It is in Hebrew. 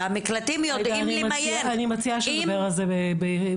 אני מציעה שנדבר על זה בנפרד.